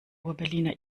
urberliner